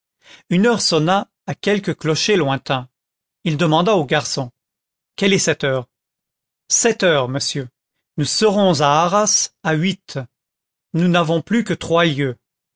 une heure sonna à quelque clocher lointain il demanda au garçon quelle est cette heure sept heures monsieur nous serons à arras à huit nous n'avons plus que trois lieues